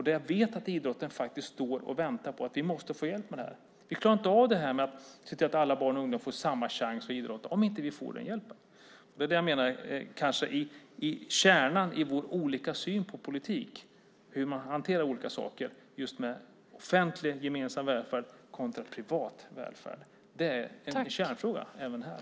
Där vet jag att idrotten står och väntar på att få hjälp: Vi klarar inte av att se till att alla barn och ungdomar får samma chans att idrotta om vi inte får den hjälpen. Det är kanske kärnan i vår olika syn på politik, hur man hanterar olika saker just med offentlig gemensam välfärd kontra privat välfärd. Det är en kärnfråga även här.